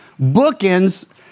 bookends